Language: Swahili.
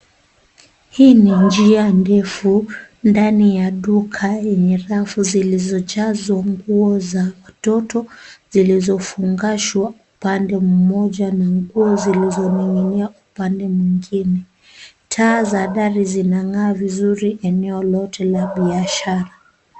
Hii ni njia ndefu ndani ya duka yenye rafu zilizojazwa nguo za watoto zilizofungashwa upande mmoja na nguo zilizoning'inia upande mwingine. Taa za dari zinang'aa vizuri eneo lote la biashara.